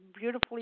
beautifully